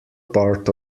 part